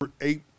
eight